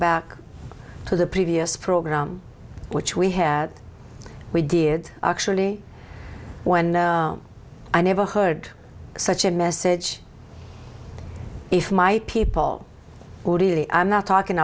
back to the previous program which we had we did actually when i never heard such a message if my people really i'm not talking